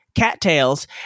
cattails